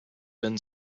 been